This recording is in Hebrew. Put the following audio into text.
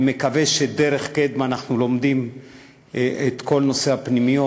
אני מקווה שדרך קדמה אנחנו לומדים את כל נושא הפנימיות,